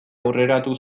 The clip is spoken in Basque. aurreratu